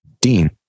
Dean